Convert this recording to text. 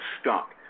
stuck